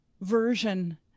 version